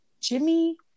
Jimmy